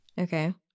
Okay